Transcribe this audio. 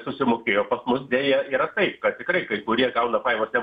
susimokėjo pas mus deja yra taip kad tikrai kai kurie gauna pajamas